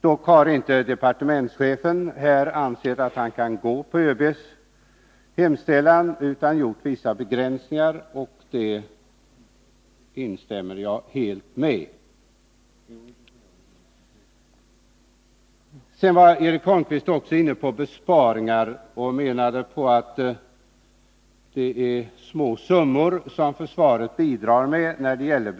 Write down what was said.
Dock har inte departementschefen ansett att han kan tillstyrka ÖB:s hemställan, utan han har gjort vissa begränsningar, och jag instämmer helt med departementschefens uppfattning på den punkten. Vad sedan gäller frågan om besparingar menade Eric Holmqvist att försvaret bidrar med små summor i det avseendet.